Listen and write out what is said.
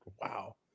wow